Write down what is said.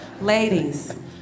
Ladies